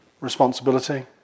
responsibility